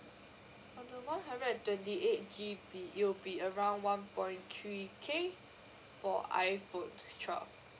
for the one hundred and twenty eight G_B it will be around one point three K for iphone twelve